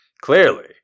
Clearly